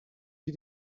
did